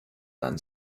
than